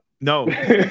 no